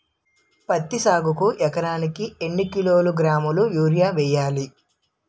పత్తి సాగుకు ఎకరానికి ఎన్నికిలోగ్రాములా యూరియా వెయ్యాలి?